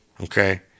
okay